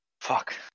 Fuck